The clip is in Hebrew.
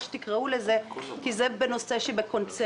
איך שתקראו לזה כי זה נושא שבקונצנזוס.